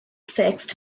fixed